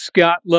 Scott